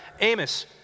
Amos